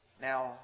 Now